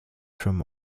from